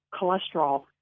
cholesterol